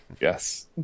Yes